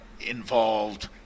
involved